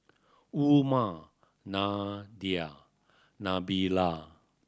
Umar Nadia Nabila